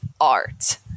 art